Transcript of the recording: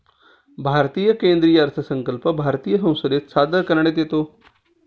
भारतीय केंद्रीय अर्थसंकल्प भारतीय संसदेत सादर करण्यात येतो